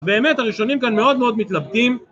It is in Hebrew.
באמת הראשונים כאן מאוד מאוד מתלבטים